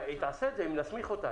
היא תעשה את זה אם נסמיך אותה.